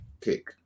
Kick